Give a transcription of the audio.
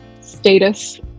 status